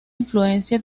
influencia